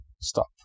stop